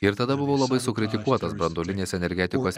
ir tada buvau labai sukritikuotas branduolinės energetikos